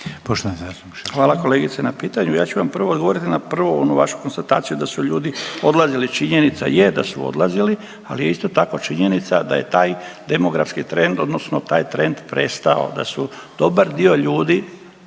Stipan (HDZ)** Hvala kolegice na pitanju. Ja ću vam prvo odgovoriti na prvu onu vašu konstataciju da su ljudi odlazili, činjenica je da su odlazili ali je isto tako činjenica da je taj demografski trend odnosno taj trend prestao da su dobar dio ljudi